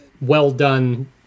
well-done